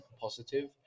positive